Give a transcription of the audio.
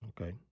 okay